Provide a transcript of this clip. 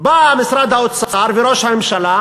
באו משרד האוצר וראש הממשלה